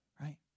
Right